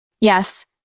yes